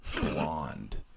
blonde